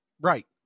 right